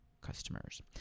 customers